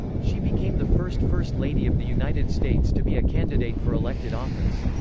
she became the first first lady of the united states to be a candidate for elected office.